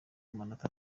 amanota